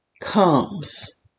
comes